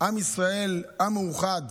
עם ישראל עם מאוחד,